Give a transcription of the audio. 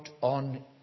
on